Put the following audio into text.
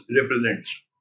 represents